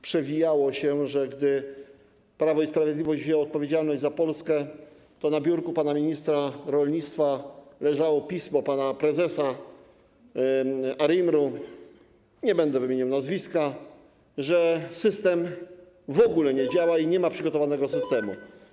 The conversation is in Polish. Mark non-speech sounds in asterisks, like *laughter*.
Chodzi o to, że gdy Prawo i Sprawiedliwość wzięło odpowiedzialność za Polskę, to na biurku pana ministra rolnictwa leżało pismo pana prezesa ARiMR-u, nie będę wymieniał nazwiska, że system w ogóle nie działa *noise* i nie ma przygotowanego systemu.